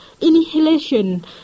Inhalation